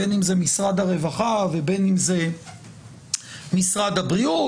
בין שזה משרד הרווחה ובין שזה משרד הבריאות,